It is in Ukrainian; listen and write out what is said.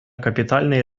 капітальний